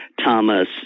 Thomas